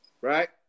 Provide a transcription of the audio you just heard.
Right